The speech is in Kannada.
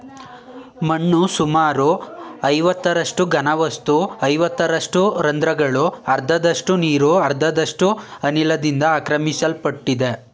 ಮಣ್ಣು ಸುಮಾರು ಐವತ್ತರಷ್ಟು ಘನವಸ್ತು ಐವತ್ತರಷ್ಟು ರಂದ್ರಗಳು ಅರ್ಧದಷ್ಟು ನೀರು ಅರ್ಧದಷ್ಟು ಅನಿಲದಿಂದ ಆಕ್ರಮಿಸಲ್ಪಡ್ತದೆ